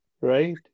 right